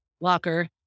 locker